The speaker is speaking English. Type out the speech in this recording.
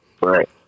Right